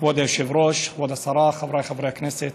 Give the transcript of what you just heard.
כבוד היושב-ראש, כבוד השרה, חבריי חברי הכנסת,